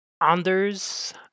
Anders